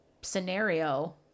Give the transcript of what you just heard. scenario